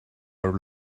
are